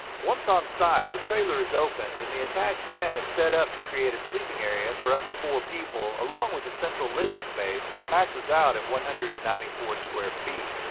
once on site, the trailer is opened, and the attached tent is set up to create a sleeping area for up to four people, along with a central living space that maxes out at one hundred and ninety four square feet.